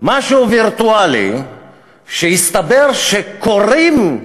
משהו וירטואלי שהסתבר שכורים,